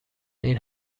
این